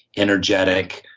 energetic,